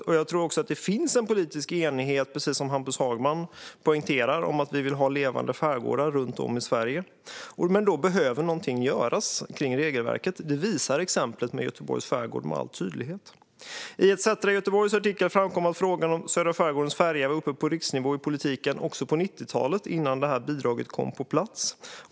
Precis som Hampus Hagman poängterade tror jag att det finns en politisk enighet om att vi vill ha levande skärgårdar runt om i Sverige. Men då behöver något göras kring regelverket, och det visar exemplet med Göteborgs skärgård med all tydlighet. I ETC Göteborgs artikel framkommer att frågan om södra skärgårdens färja var uppe på riksnivå i politiken också på 90-talet innan bidraget kom på plats.